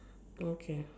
okay